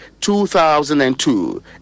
2002